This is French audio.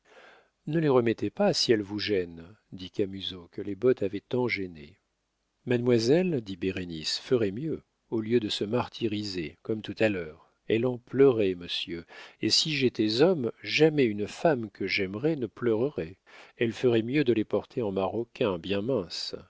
ne les remettez pas si elles vous gênent dit camusot que les bottes avaient tant gêné mademoiselle dit bérénice ferait mieux au lieu de se martyriser comme tout à l'heure elle en pleurait monsieur et si j'étais homme jamais une femme que j'aimerais ne pleurerait elle ferait mieux de les porter en maroquin bien